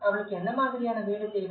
அவளுக்கு என்ன மாதிரியான வீடு தேவை